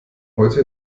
heute